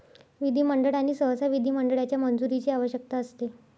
विधिमंडळ आणि सहसा विधिमंडळाच्या मंजुरीची आवश्यकता असते